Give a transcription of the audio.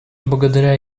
благодаря